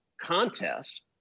contest